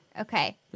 okay